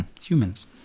humans